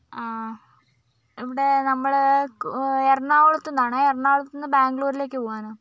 ആ ഇവിടെ നമ്മള് എറണാകുളത്തുന്നാണേ എറണാകുളത്ത് നിന്ന് ബാഗ്ളൂരിലേക്ക് പോകാനാ